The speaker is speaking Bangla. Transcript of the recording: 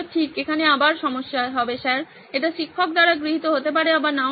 এখানে আবার সমস্যা হবে স্যার এটি শিক্ষক দ্বারা গৃহীত হতে পারে আবার নাও হতে পারে